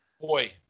Boy